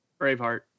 Braveheart